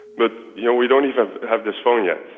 but you know we don't even have this phone yet,